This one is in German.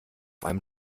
einem